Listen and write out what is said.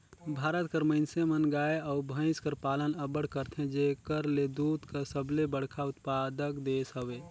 भारत कर मइनसे मन गाय अउ भंइस कर पालन अब्बड़ करथे जेकर ले दूद कर सबले बड़खा उत्पादक देस हवे